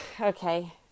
okay